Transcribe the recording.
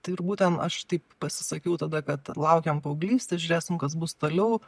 tai ir būtent aš taip pasisakiau tada kad laukiam paauglystės žiūrėsim kas bus toliau